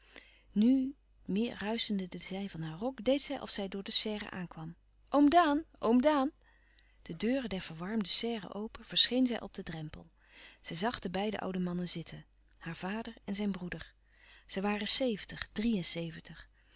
nu méer ruischende de zij van haar rok deed zij of zij door de serre aankwam oom daan oom daan de deuren der verwarmde serre open verscheen zij op den drempel zij zag de beide oude mannen zitten haar vader en zijn broeder zij waren zeventig drie en zeventig